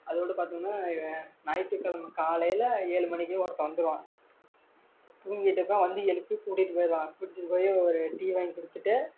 அதோட பார்த்தோம்னா ஞாயித்துக்கெழமை காலையில் ஏழு மணிக்கு ஒருத்தன் வந்துடுவான் தூங்கிகிட்டு இருப்பேன் வந்து எழுப்பி கூட்டிகிட்டு போயிடுவான் கூட்டிகிட்டு போய் ஒரு டீ வாங்கி கொடுத்துட்டு